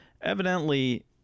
evidently